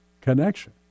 connection